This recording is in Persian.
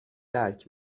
درک